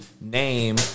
name